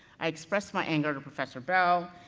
i expressed my anger to professor bell,